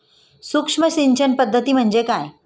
सूक्ष्म सिंचन पद्धती म्हणजे काय?